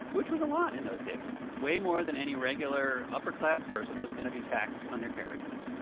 which was a lot in those days way more than any regular upper-class person was going to be taxed on their carriages.